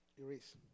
Erase